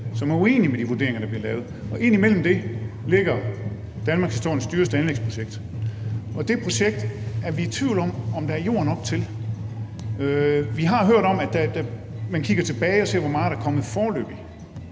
som er uenige i de vurderinger, der bliver lavet, og imellem dem ligger danmarkshistoriens dyreste anlægsprojekt. Det projekt er vi i tvivl om om der er jord nok til. Vi har hørt om, at man kigger tilbage og ser, hvor meget der er kommet foreløbig,